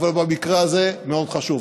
אבל במקרה הזה מאוד חשוב.